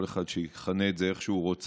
כל אחד שיכנה את זה איך שהוא רוצה.